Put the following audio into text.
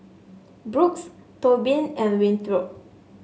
Brooks Tobin and Winthrop